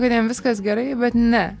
kad jiem viskas gerai bet ne